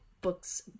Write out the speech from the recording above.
books